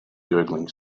gurgling